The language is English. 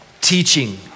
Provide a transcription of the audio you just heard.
teaching